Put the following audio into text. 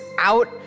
out